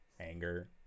anger